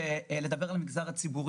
אני רק אומר שלדבר על המגזר הציבורי